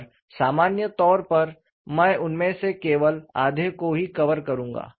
और सामान्य तौर पर मैं उनमें से केवल आधे को ही कवर करूंगा